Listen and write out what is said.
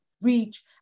reach